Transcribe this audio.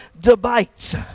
debate